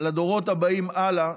לדורות הבאים הלאה,